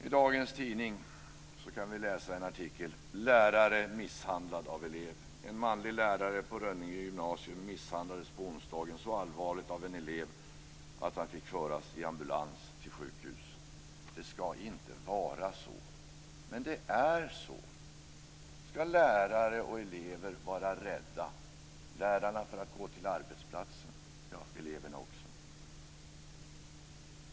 I dagens tidning kan vi läsa i en artikel: Rönninge gymnasium misshandlades på onsdagen så allvarligt av en elev att han fick föras i ambulans till sjukhus. Det skall inte vara så, men det är så. Skall lärare och elever vara rädda, lärarna för att gå till arbetsplatsen och eleverna också?